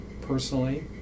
personally